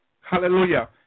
Hallelujah